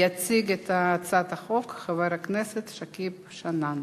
הצעת החוק חוזרת לדיון בוועדת הכלכלה.